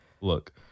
Look